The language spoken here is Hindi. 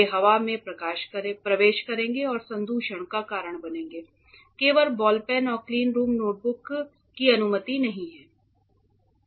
वे हवा में प्रवेश करेंगे और संदूषण का कारण बनेंगे केवल बॉल पेन और क्लीनरूम नोटबुक की अनुमति नहीं है